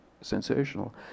sensational